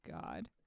God